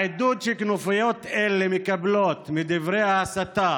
העידוד שכנופיות אלה מקבלות מדברי ההסתה